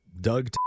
doug